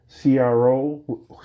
Cro